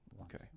okay